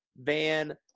Van